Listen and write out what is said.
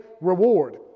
reward